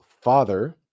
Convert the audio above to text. father